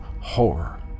horror